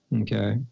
Okay